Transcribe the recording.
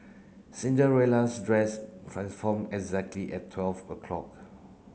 Cinderella's dress transformed exactly at twelve o'clock